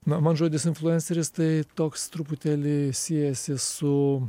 na mat žodis influenceris tai toks truputėlį siejasi su